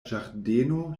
ĝardeno